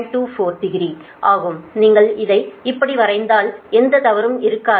24 degree ஆகும் நீங்கள் இதை இப்படி வரைந்தால் எந்த தவறும் இருக்காது